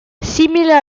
simile